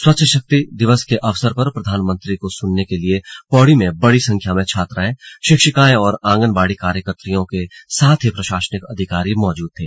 स्वच्छ शक्ति दिवस के अवसर पर प्रधानमंत्री को सुनने के लिए पौड़ी में बड़ी संख्या में छात्राएं शिक्षिकाएं और आंगनबाड़ी कार्यकत्रियों के साथ ही प्रशासनिक अधिकारी मौजूद थे